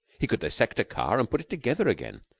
he could dissect a car and put it together again.